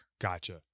Gotcha